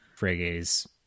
Frege's